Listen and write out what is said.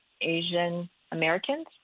Asian-Americans